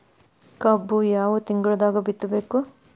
ಕಬ್ಬು ಯಾವ ತಿಂಗಳದಾಗ ಬಿತ್ತಬೇಕು?